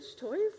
toys